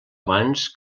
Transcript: abans